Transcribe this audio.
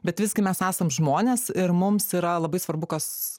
bet visgi mes esam žmonės ir mums yra labai svarbu kas